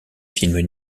film